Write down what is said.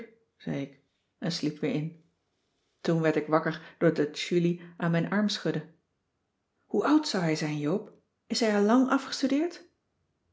zei ik en sliep weer in toen werd ik wakker doordat julie aan mijn arm schudde hoe oud zou hij zijn joop is hij al lang afgestudeerd